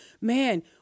man